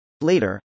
Later